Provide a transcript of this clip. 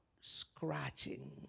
scratching